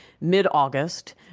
mid-August